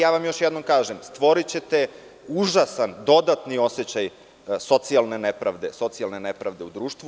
Ja vam još jednom kažem, stvorićete užasan, dodatni osećaj socijalne nepravde u društvu.